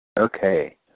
Okay